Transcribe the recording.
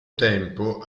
tempo